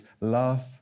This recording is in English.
love